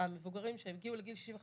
המבוגרים שהם הגיעו לגיל 65,